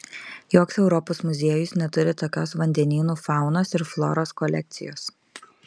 joks europos muziejus neturi tokios vandenynų faunos ir floros kolekcijos